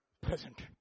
Present